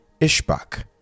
Ishbak